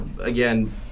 again